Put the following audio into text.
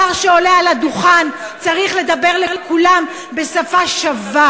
שר שעולה על הדוכן צריך לדבר אל כולם בשפה שווה,